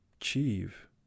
achieve